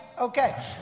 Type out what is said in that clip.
Okay